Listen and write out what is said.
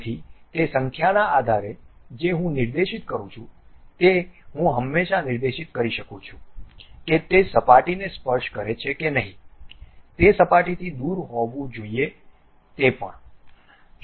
તેથી તે સંખ્યાના આધારે જે હું નિર્દેશિત કરું છું તે હું હંમેશા નિર્દેશિત કરી શકું છું કે તે સપાટીને સ્પર્શ કરે છે કે નહીં તે સપાટીથી દૂર હોવું જોઈએ તે પણ